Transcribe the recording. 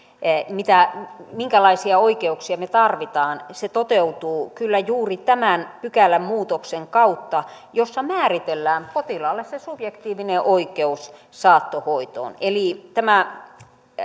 minkälaisia oikeuksia me tarvitsemme toteutuu kyllä juuri tämän muutoksen pykälän kautta jossa määritellään potilaalle se subjektiivinen oikeus saattohoitoon eli tämä